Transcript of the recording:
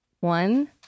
One